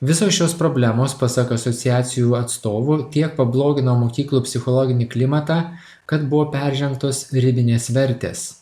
visos šios problemos pasak asociacijų atstovų tiek pablogino mokyklų psichologinį klimatą kad buvo peržengtos ribinės vertės